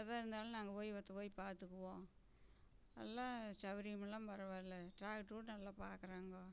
எதாக இருந்தாலும் நாங்கள் போய் இவர்கிட்ட போய் பார்த்துக்குவோம் எல்லாம் சௌகரியமெல்லாம் பரவாயில்ல டாக்டர் கூட நல்லா பாக்கிறாங்கோ